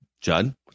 Judd